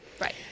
Right